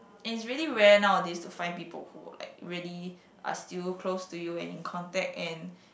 and it's really rare nowadays to find people who are like really are still close to you and in contact and